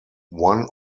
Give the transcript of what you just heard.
one